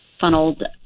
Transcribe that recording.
funneled